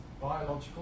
biological